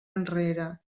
enrere